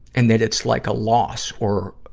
and that it's like a loss or,